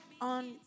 on